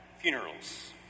funerals